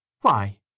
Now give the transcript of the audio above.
Why